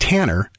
Tanner